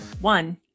One